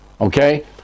Okay